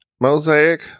Mosaic